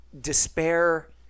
despair